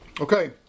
Okay